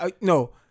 No